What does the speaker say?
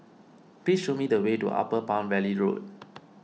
please show me the way to Upper Palm Valley Road